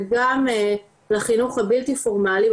וגם לחינוך הבלתי פורמלי,